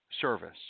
service